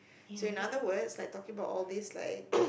so in other words like talking about all these like